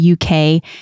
UK